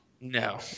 No